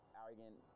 arrogant